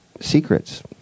secrets